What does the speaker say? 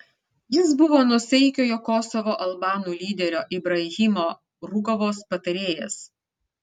jis buvo nuosaikiojo kosovo albanų lyderio ibrahimo rugovos patarėjas